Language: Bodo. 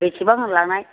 बेसेबां लानाय